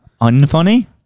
Unfunny